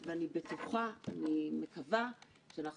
אני מודה על הכבוד לדבר פה בשם החברה האזרחית.